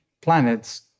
planets